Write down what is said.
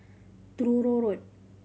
Truro Road